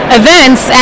events